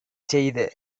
செய்த